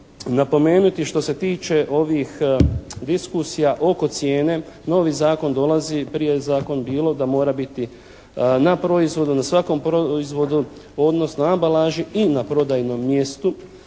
napomenuti što se tiče ovih diskusija oko cijene, novi zakon dolazi, prije je zakon bilo da mora biti na proizvodu, na svakom proizvodu odnosno ambalaži i na prodajnom mjestu.